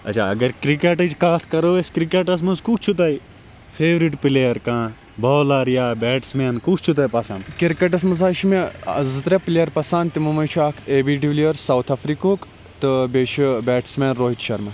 کِرکَٹَس مَنٛز حظ چھُ مےٚ زِ ترٛےٚ پٕلیر پَسَنٛد تمو مَنٛز چھُ اکھ A B de Villiers South Africa ہُک تہٕ بیٚیہِ چھُ بیٹسمین روہِت شَرما